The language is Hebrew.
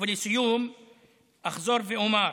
ולסיום אחזור ואומר: